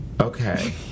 Okay